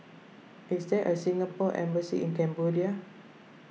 is there a Singapore Embassy in Cambodia